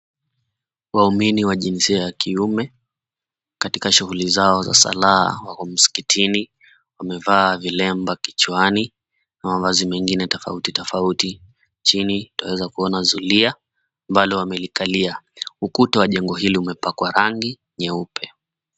Waumini wa jinsia ya kiume katika shughuli zao za sala wako msikitini wamevaa vilemba kichwani na mavazi mengine tofauti tofauti. Chini utaweza kuona zulia ambalo wamelikalia. Ukuta wa jengo hili umepakwa rangi nyeupe.